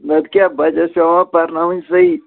نَتہٕ کیٛاہ بَچہٕ ٲسۍ پٮ۪وان پَرناوٕنۍ صحیح